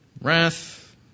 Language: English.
wrath